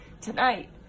tonight